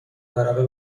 ورقه